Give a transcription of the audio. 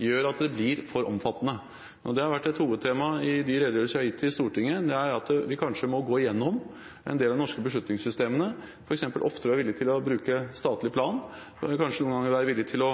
gjør at det blir for omfattende. Det har vært et hovedtema i de redegjørelser jeg har gitt til Stortinget, at vi kanskje må gå gjennom en del av de norske beslutningssystemene, og være villig til f.eks. å bruke statlig plan oftere. Vi bør kanskje noen ganger være villig til å